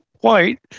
white